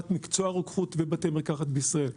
מקצוע הרוקחות ובתי מרקחת בישראל.